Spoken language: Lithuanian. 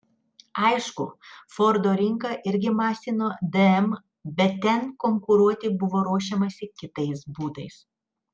aišku fordo rinka irgi masino dm bet ten konkuruoti buvo ruošiamasi kitais būdais